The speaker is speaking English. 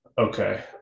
Okay